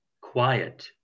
quiet